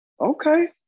okay